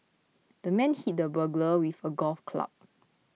the man hit the burglar with a golf club